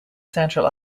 central